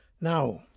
Now